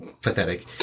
pathetic